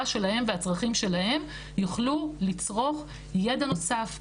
שלהם והצרכים שלהם יוכלו לצרוך ידע נוסף,